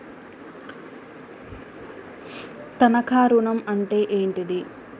తనఖా ఋణం అంటే ఏంటిది?